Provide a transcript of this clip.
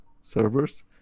servers